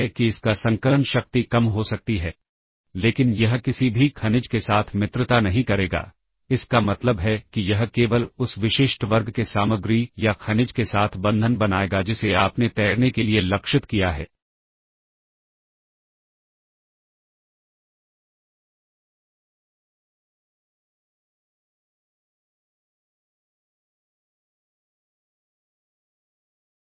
तो इस तरह हम स्टैक का उपयोग करके इस कॉल को मूल्य द्वारा और संदर्भ प्रकार के कार्यान्वयन द्वारा कॉल कर सकते हैं